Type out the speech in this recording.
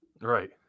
Right